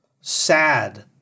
sad